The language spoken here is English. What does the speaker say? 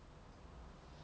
okay okay